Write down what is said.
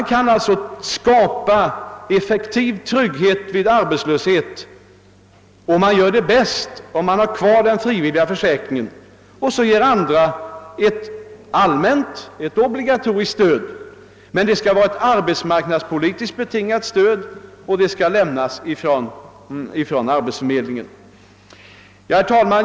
Man kan alltså skapa effektiv trygghet vid arbetslöshet, och det gör man bäst genom att ha kvar den frivilliga försäkringen och ge andra ett allmänt, obligatoriskt stöd. Men det skall vara ett arbetsmarknadspolitiskt betingat stöd och det skall lämnas från arbetsförmedlingen. Herr talman!